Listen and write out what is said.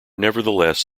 nevertheless